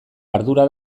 ardura